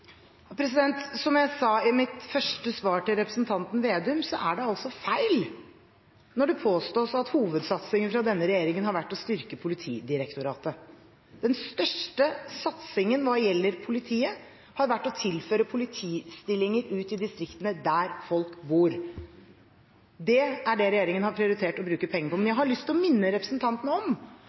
Som jeg sa i mitt første svar til representanten Slagsvold Vedum, er det feil når det påstås at hovedsatsingen fra denne regjeringen har vært å styrke Politidirektoratet. Den største satsingen hva gjelder politiet, har vært å tilføre politistillinger ute i distriktene der folk bor. Det er det regjeringen har prioritert å bruke penger på. Men jeg har lyst å minne representanten om